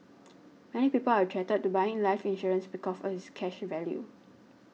many people are attracted to buying life insurance because of its cash value